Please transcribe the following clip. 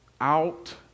out